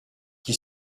qui